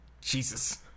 jesus